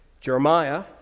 Jeremiah